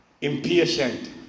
impatient